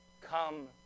Come